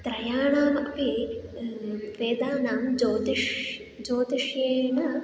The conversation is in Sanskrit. त्रयाणामपि वेदानां ज्योतिषं ज्योतिषेण